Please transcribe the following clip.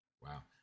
Wow